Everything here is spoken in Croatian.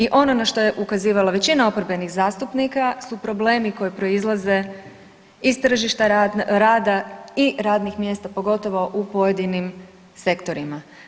I ono na što je ukazivala većina oporbenih zastupnika su problemi koji proizlaze iz tržišta rada i radnih mjesta, pogotovo u pojedinim sektorima.